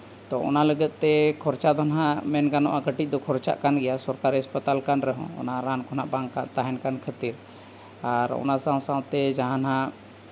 ᱛᱚ ᱚᱱᱟ ᱞᱟᱹᱜᱤᱫᱛᱮ ᱠᱷᱚᱨᱪᱟ ᱫᱚ ᱱᱟᱜ ᱢᱮᱱ ᱜᱟᱱᱚᱜᱼᱟ ᱠᱟᱹᱴᱤᱡᱽ ᱫᱚ ᱠᱷᱚᱨᱪᱟᱜ ᱠᱟᱱᱜᱮᱭᱟ ᱥᱚᱨᱠᱟᱨᱤ ᱦᱟᱸᱥᱯᱟᱛᱟᱞ ᱠᱟᱱ ᱨᱮᱦᱚᱸ ᱚᱱᱟ ᱨᱟᱱ ᱠᱷᱚᱱᱟᱜ ᱵᱟᱝ ᱚᱱᱠᱟ ᱵᱟᱝ ᱛᱟᱦᱮᱱ ᱠᱟᱱ ᱠᱷᱟᱹᱛᱤᱨ ᱟᱨ ᱚᱱᱟ ᱥᱟᱶ ᱥᱟᱶᱛᱮ ᱡᱟᱦᱟᱱᱟᱜ